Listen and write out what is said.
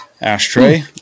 ashtray